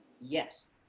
Yes